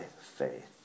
faith